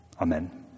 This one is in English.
Amen